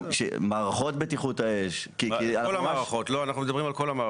אנחנו מדברים על כל המערכות.